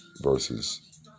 versus